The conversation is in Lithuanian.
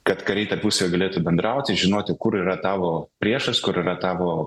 kad kariai tarpusavyje galėtų bendrauti žinoti kur yra tavo priešas kur yra tavo